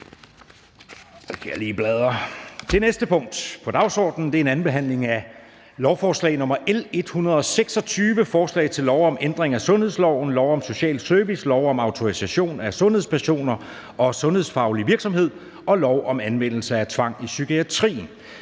Det næste punkt på dagsordenen er: 10) 2. behandling af lovforslag nr. L 126: Forslag til lov om ændring af sundhedsloven, lov om social service, lov om autorisation af sundhedspersoner og om sundhedsfaglig virksomhed og lov om anvendelse af tvang i psykiatrien